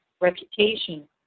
reputation